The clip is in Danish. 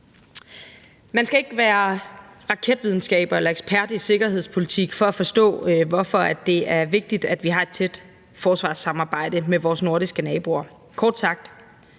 Man skal ikke være ekspert i sikkerhedspolitik for at forstå, hvorfor det er vigtigt, at vi har et tæt forsvarssamarbejde med vores nordiske naboer. Kort sagt: